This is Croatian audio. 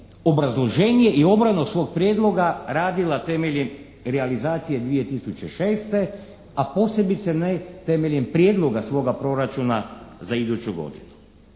obrazloženje i obranu svog prijedloga radile temeljem realizacije 2006., a posebice ne temeljem prijedloga svoga proračuna za iduću godinu.